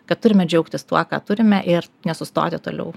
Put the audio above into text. kad turime džiaugtis tuo ką turime ir nesustoti toliau